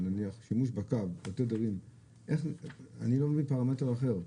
אני לא מבין את הפרמטר האחר.